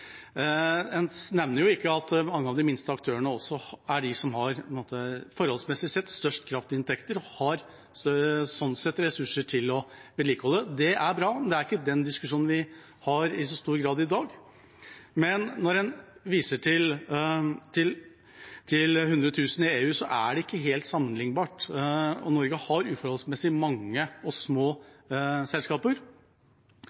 En nevner ikke at mange av de minste aktørene også er dem som forholdsmessig sett har størst kraftinntekter, og som sånn sett har ressurser til å vedlikeholde. Det er bra. Det er ikke den diskusjonen vi har i så stor grad i dag, men når en viser til 100 000 i EU, er det ikke helt sammenlignbart. Norge har uforholdsmessig mange og små